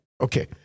Okay